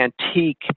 antique